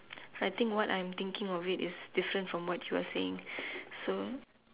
I think what I'm thinking of it is different from what you're saying so